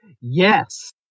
yes